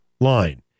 line